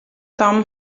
tom